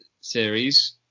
series